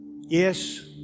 Yes